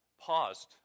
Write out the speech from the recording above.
paused